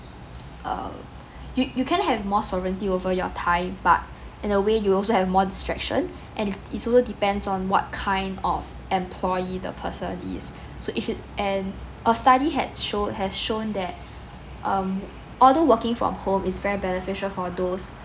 err you you can have more sovereignty over your time but in a way you also have more distraction and it it's also depends on what kind of employee the person is so if it and a study had shown has shown that um although working from home is very beneficial for those